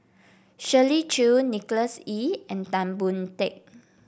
Shirley Chew Nicholas Ee and Tan Boon Teik